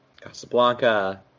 Casablanca